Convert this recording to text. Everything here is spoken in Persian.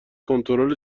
کنترل